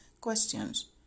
questions